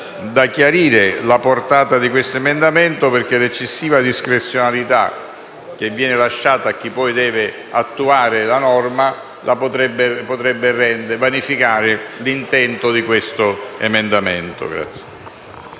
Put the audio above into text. da chiarire la portata di questo emendamento, perché l'eccessiva discrezionalità lasciata a chi poi deve attuare la norma potrebbe vanificare l'intento di queste proposte emendative.